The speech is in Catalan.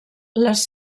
les